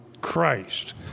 Christ